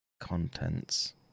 contents